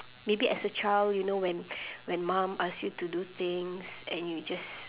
maybe as a child you know when when mum asked you to do things and you just